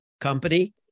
company